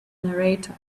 narrator